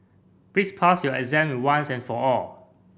please pass your exam once and for all